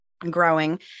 Growing